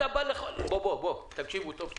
בוא, תקשיבו טוב: